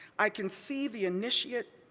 i can see the initiate,